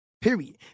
Period